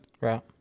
right